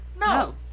No